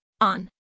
on